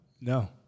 no